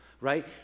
right